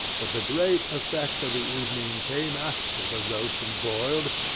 but the great effect of the evening came after the roast and boiled,